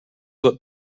what